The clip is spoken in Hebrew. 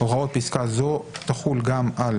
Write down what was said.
הוראת פסקה זו תחול גם על